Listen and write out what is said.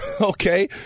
okay